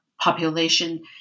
population